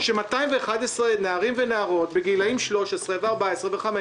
כש-211 נערים ונערות בגילאים 13, 14 ו-15